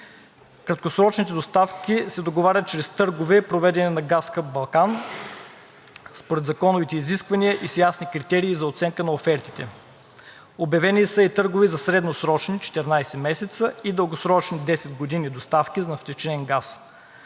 Краткосрочните доставки се договарят чрез търгове, проведени на газов хъб „Балкан“ според законовите изисквания и с ясни критерии за оценка на офертите. Обявени са и търгове за средносрочни – 14 месеца, и дългосрочни – 10 години, доставки на втечнен газ.